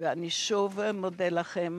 ואני שוב מודה לכם